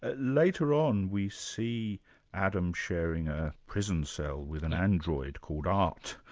ah later on we see adam sharing a prison cell with an android called art.